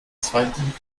zweiten